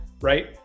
right